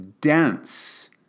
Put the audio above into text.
dense